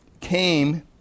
came